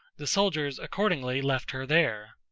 the soldiers accordingly left her there.